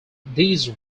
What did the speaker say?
these